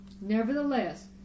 Nevertheless